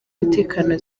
umutekano